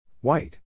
White